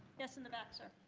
yes, in the back, sir?